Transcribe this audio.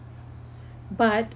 but